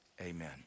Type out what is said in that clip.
Amen